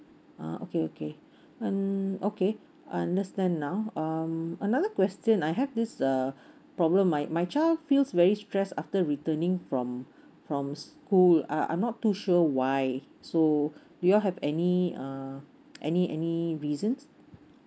uh okay okay um okay I understand now um another question I have this ah problem my my child feels very stress after returning from from school I'm I'm not too sure why so do you have any uh any any reasons